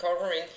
covering